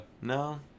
no